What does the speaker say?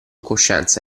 coscienza